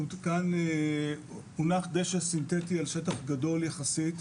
הונח דשא סינטטי על שטח גדול יחסית,